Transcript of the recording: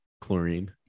chlorine